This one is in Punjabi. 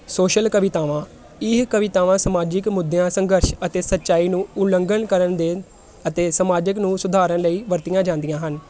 ਸੋਸ਼ਲ ਕਵਿਤਾਵਾਂ ਇਹ ਕਵਿਤਾਵਾਂ ਸਮਾਜਿਕ ਮੁੱਦਿਆਂ ਸੰਘਰਸ਼ ਅਤੇ ਸੱਚਾਈ ਨੂੰ ਉਲੰਘਣ ਕਰਨ ਦੇ ਅਤੇ ਸਮਾਜਿਕ ਨੂੰ ਸੁਧਾਰਨ ਲਈ ਵਰਤੀਆਂ ਜਾਂਦੀਆਂ ਹਨ